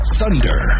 thunder